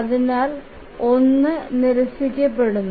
അതിനാൽ 1 നിരസിക്കപ്പെടുന്നു